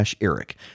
Eric